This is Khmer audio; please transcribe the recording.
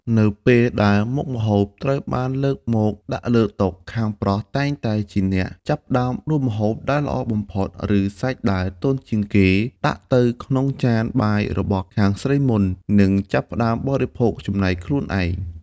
នៅពេលដែលមុខម្ហូបត្រូវបានលើកមកដាក់លើតុ ខាងប្រុសតែងតែជាអ្នកចាប់ផ្ដើមដួសម្ហូបដែលល្អបំផុត ឬសាច់ដែលទន់ជាងគេ ដាក់ទៅក្នុងចានបាយរបស់ខាងស្រីមុននឹងចាប់ផ្ដើមបរិភោគចំណែកខ្លួនឯង។